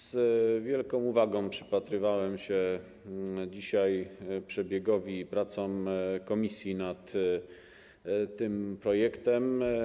Z wielką uwagą przypatrywałem się dzisiaj przebiegowi prac komisji nad tym projektem.